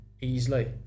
easily